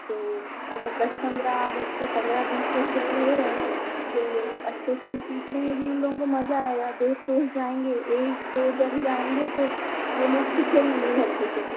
तो अगर दस पंद्रह बच्चे पंद्रह बीस बच्चे अगर हो रहे हैं तो अच्छे से सीखने में भी उन लोगों को मजा आया दोस्त दोस्त जाएंगे एक दो जन जाएंगे तो ये लोग सीखेंगे नहीं अच्छे से